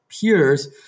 peers